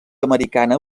americana